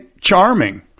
charming